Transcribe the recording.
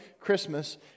Christmas